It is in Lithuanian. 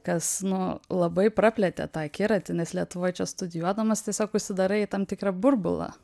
kas nu labai praplėtė tą akiratį nes lietuvoj čia studijuodamas tiesiog užsidarai į tam tikrą burbulą